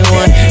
one